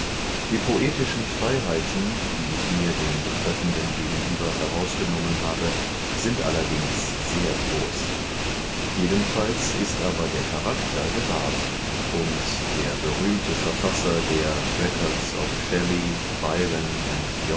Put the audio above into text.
die poetischen freiheiten die ich mir dem betreffenden gegenüber herausgenommen habe sind allerdings sehr groß jedenfalls ist aber der charakter gewahrt und der berühmte verfasser der records of shelley byron